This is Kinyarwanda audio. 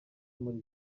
muri